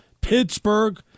Pittsburgh